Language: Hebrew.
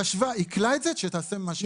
חשבה, עיכלה את זה, שתעשה מה שהיא רוצה.